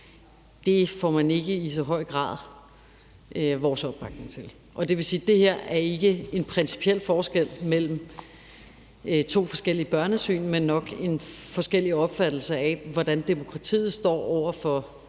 noget, man i så høj grad får vores opbakning til. Det vil sige, at det her ikke er en principiel forskel på to forskellige børnesyn, men nok en forskellig opfattelse af, hvordan demokratiet står over for